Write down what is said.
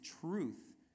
truth